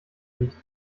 nicht